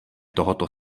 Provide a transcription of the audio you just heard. tohoto